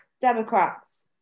Democrats